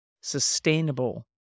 sustainable